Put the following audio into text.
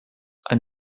ein